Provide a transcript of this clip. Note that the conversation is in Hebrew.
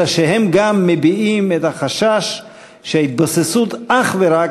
אלא שהם גם מביעים את החשש שהתבססות אך ורק